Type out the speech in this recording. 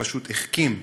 הוא פשוט החכים,